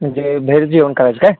म्हणजे बाहेर जेवण करायचं काय